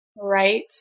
Right